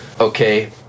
Okay